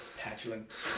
petulant